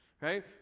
right